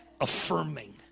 affirming